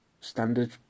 standard